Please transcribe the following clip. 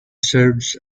serves